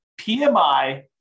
PMI